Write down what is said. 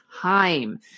time